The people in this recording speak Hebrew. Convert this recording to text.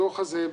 הדוח הזה,